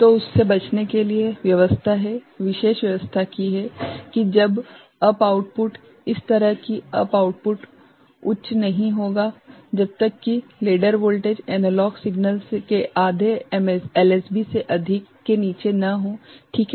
तो उस से बचने के लिए व्यवस्था है विशेष व्यवस्था की है कि जब अप आउटपुट - इस तरह कि अप आउटपुट उच्च नहीं होगा जब तक कि लेडर वोल्टेज एनालॉग सिग्नल के आधे एलएसबी से अधिक के नीचे न हो ठीक है